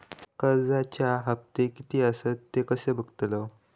कर्जच्या हप्ते किती आसत ते कसे बगतलव?